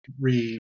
re